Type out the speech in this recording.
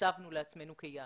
הצבנו לעצמנו כיעד,